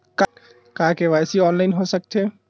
का KYC online हो सकथे?